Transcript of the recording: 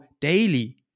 daily